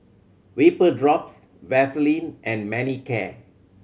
Vapodrops Vaselin and Manicare